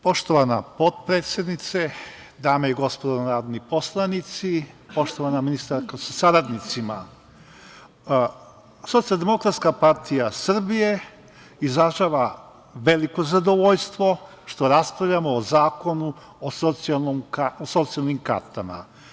Poštovana potpredsednice, dame i gospodo narodni poslanici, poštovana ministarko sa saradnicima, Socijaldemokratska partija Srbije izražava veliko zadovoljstvo što raspravljamo o zakonu o socijalnim kartama.